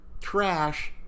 trash